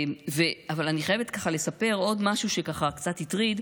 אבל אני חייבת לספר עוד משהו שככה קצת הטריד.